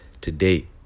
today